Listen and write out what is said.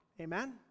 Amen